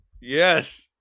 Yes